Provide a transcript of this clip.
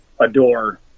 adore